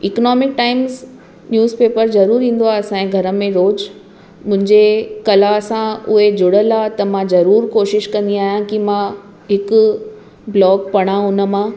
economic Times newspaper ज़रूरु ईंदो आहे असांजे घर में रोज़ु मुंहिंजे कला सां उहे जुड़ियलु आहे त मां ज़रूरु कोशिशि कंदी आहियां मां हिकु ब्लॉग पढ़ां उन मां